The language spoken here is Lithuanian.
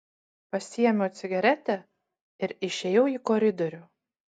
pasiėmiau cigaretę ir išėjau į koridorių